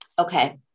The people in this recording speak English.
Okay